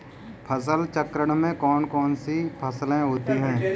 फसल चक्रण में कौन कौन सी फसलें होती हैं?